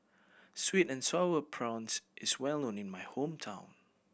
sweet and Sour Prawns is well known in my hometown